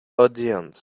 audience